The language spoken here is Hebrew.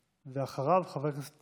ואחריו, חבר הכנסת